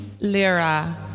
lira